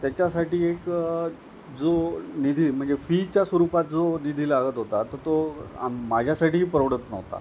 त्याच्यासाठी एक जो निधी म्हणजे फीच्या स्वरूपात जो निधी लागत होता तर तो आम् माझ्यासाठीही परवडत नव्हता